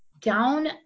down